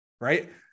right